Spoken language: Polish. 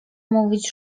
mówić